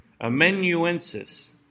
amenuensis